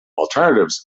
alternatives